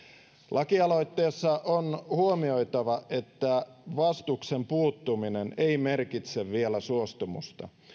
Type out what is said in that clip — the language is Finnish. lakialoitteessa on huomioitava että vastustuksen puuttuminen ei merkitse vielä suostumusta